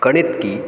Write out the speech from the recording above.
गणित की